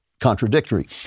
contradictory